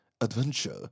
adventure